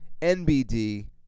NBD